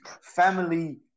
family